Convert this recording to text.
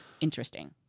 Interesting